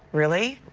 really?